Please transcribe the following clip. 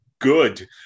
good